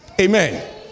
Amen